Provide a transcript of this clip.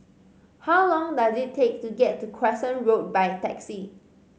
how long does it take to get to Crescent Road by taxi